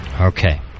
Okay